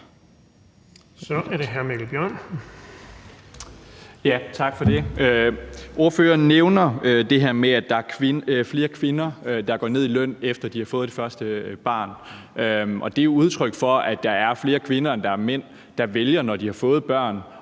Kl. 17:36 Mikkel Bjørn (DF): Tak for det. Ordføreren nævner det her med, at der er flere kvinder, der går ned i løn, efter at de har fået det første barn, og det er jo udtryk for, at der er flere kvinder end mænd, der vælger, når de har fået børn,